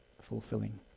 fulfilling